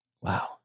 Wow